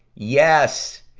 yes!